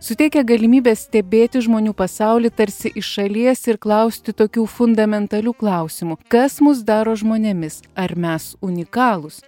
suteikia galimybę stebėti žmonių pasaulį tarsi iš šalies ir klausti tokių fundamentalių klausimų kas mus daro žmonėmis ar mes unikalūs